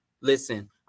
Listen